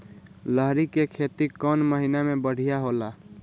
लहरी के खेती कौन महीना में बढ़िया होला?